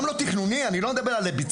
גם תכנוני, אני לא מדבר על ביצוע.